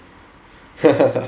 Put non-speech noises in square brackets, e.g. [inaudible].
[laughs]